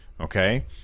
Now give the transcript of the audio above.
okay